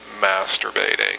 masturbating